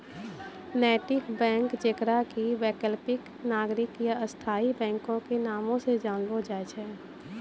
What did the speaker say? नैतिक बैंक जेकरा कि वैकल्पिक, नागरिक या स्थायी बैंको के नामो से जानलो जाय छै